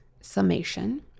summation